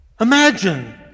Imagine